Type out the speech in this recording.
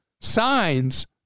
signs